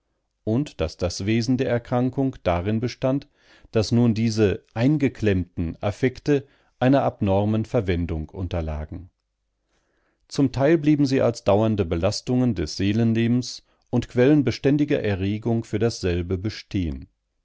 und daß das wesen der erkrankung darin bestand daß nun diese eingeklemmten affekte einer abnormen verwendung unterlagen zum teil blieben sie als dauernde belastungen des seelenlebens und quellen beständiger erregung für dasselbe bestehen